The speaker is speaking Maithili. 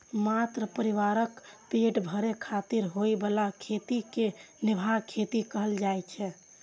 मात्र परिवारक पेट भरै खातिर होइ बला खेती कें निर्वाह खेती कहल जाइ छै